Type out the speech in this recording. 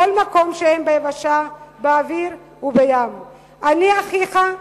ובכל מקום שהם ביבשה באוויר ובים / אני אחיך,